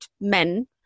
men